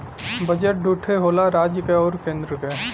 budget दू ठे होला राज्य क आउर केन्द्र क